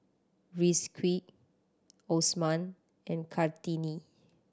Rizqi Osman and Kartini